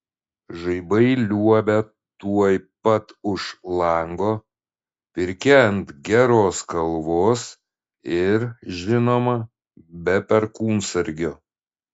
žaibai liuobia tuoj pat už lango pirkia ant geros kalvos ir žinoma be perkūnsargio